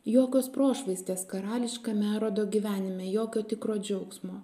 jokios prošvaistės karališkam erodo gyvenime jokio tikro džiaugsmo